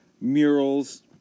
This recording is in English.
murals